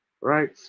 right